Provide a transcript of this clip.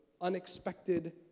unexpected